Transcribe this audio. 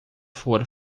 for